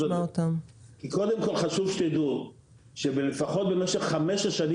כי קודם כל חשוב שתדעו שלפחות במשך חמש השנים